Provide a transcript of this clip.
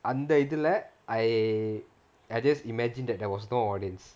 அந்த இதுல:antha ithula I I just imagine that there was no audience